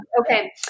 Okay